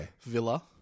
villa